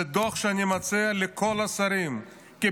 זה דוח שאני מציע לכל השרים לקרוא.